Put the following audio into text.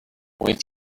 with